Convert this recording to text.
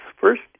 first